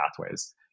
pathways